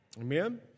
Amen